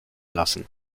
lassen